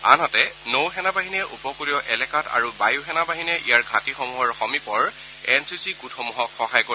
আনহাতে নৌ সেনাবাহিনীয়ে উপকূলীয় এলেকাত আৰু বায়ুসেনাবাহিনীয়ে ইয়াৰ ঘাটিসমূহৰ সমীপৰ এন চি চি গোটসমূহক সহায় কৰিব